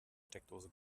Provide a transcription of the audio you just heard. steckdose